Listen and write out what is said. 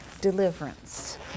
deliverance